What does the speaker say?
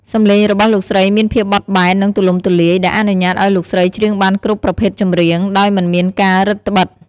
សំឡេងរបស់លោកស្រីមាន ភាពបត់បែន និង ទូលំទូលាយ ដែលអនុញ្ញាតឲ្យលោកស្រីច្រៀងបានគ្រប់ប្រភេទចម្រៀង ដោយមិនមានការរឹតត្បិត។